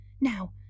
Now